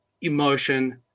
emotion